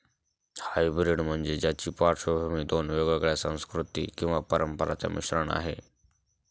hybrid म्हणजे ज्याची पार्श्वभूमी दोन वेगवेगळ्या संस्कृती किंवा परंपरांचा मिश्रण आहे